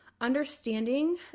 Understanding